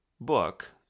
book